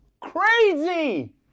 crazy